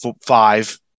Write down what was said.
five